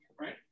right